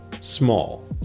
small